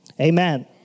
Amen